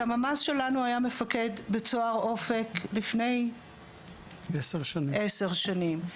הסממ"ז שלנו היה מפקד בית סוהר אופק לפני עשר שנים,